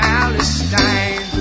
Palestine